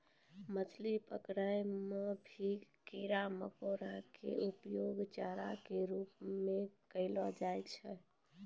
मछली पकड़ै मॅ भी कीड़ा मकोड़ा के उपयोग चारा के रूप म करलो जाय छै